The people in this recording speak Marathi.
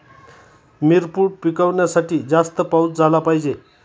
मिरपूड पिकवण्यासाठी जास्त पाऊस झाला पाहिजे